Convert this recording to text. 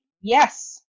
Yes